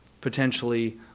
potentially